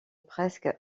presque